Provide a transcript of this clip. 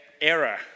error